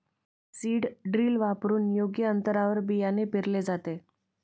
seed drill वापरून योग्य अंतरावर बियाणे पेरले जाते